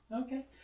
Okay